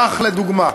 כך, לדוגמה,